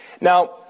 Now